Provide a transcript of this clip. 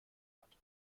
hat